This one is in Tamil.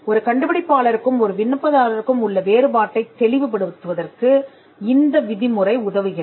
ஒரு கண்டுபிடிப்பாளருக்கும் ஒரு விண்ணப்பதாரருக்கும் உள்ள வேறுபாட்டைத் தெளிவுபடுத்துவதற்கு இந்த விதிமுறை உதவுகிறது